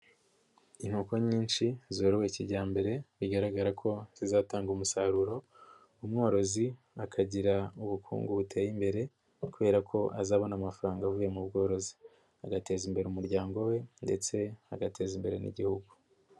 Inkoko nyinshi zorowe kijyambere bigaragara ko zizatanga umusaruro, umworozi akagira ubukungu buteye imbere kubera ko azabona amafaranga avuye mu bworozi, agateza imbere umuryango we ndetse agateza imbere n'igihugu.